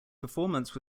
performance